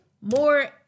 more